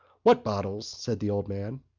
what bottles? said the old man.